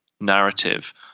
narrative